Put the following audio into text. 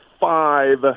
five